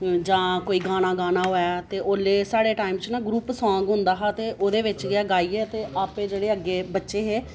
जां कोई गाना गाना होऐ ते ओल्लै साढ़े टाईम च ग्रुप सांग होंदा हा ओह्दे बिच्च गै गाइयै ते आपे जेह्ड़े बच्चे हे ओह् ओल्लै